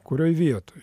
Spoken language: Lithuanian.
kurioj vietoj